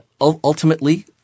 ultimately